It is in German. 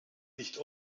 nicht